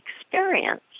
experience